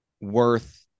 worth